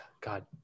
god